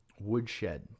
woodshed